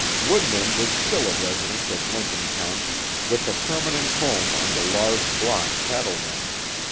woodland is still a resident of lincoln county, with a permanent home on the large block cattle ranch.